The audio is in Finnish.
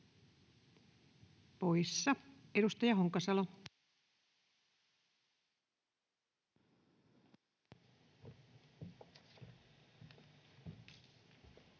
poissa. — Edustaja Honkasalo.